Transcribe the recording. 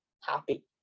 happy